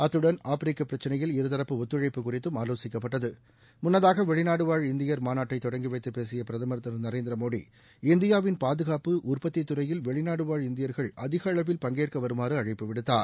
அத்துடன் ஆப்பிரிக்கப் பிரச்சனையில் இருதரப்பு ஒத்துழைப்பு குறித்தும் ஆலோசிக்கப்பட்டது முன்னதாக வெளிநாடுவாழ் இந்தியர் மாநாட்டை தொடங்கி வைத்தப் பேசிய பிரதமர் திரு நரேந்திடி மோடி இந்தியாவின் பாதுகாப்பு உற்பத்தித் துறையில் வெளிநாடுவாழ் இந்தியா்கள் அதிக அளவில் பங்கேற்க வருமாறு அழைப்பு விடுத்தார்